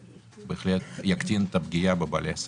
והוא בהחלט יקטין את הפגיעה בבעלי העסקים.